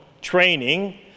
training